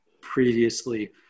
previously